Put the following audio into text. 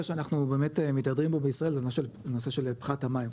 שאנחנו באמת מתהדרים בו בישראל זה הנושא של פחת המים,